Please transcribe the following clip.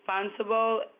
responsible